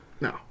No